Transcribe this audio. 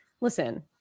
listen